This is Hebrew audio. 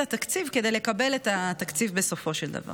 התקציב כדי לקבל את התקציב בסופו של דבר.